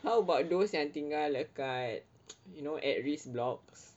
how about those yang tinggal kat at risk blocks